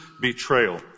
betrayal